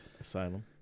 Asylum